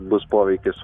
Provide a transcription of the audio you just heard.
bus poveikis